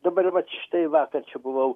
dabar vat štai vakar čia buvau